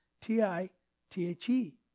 T-I-T-H-E